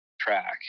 track